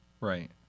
Right